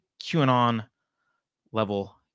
QAnon-level